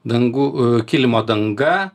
dangų kilimo danga